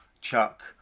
Chuck